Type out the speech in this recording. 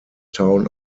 town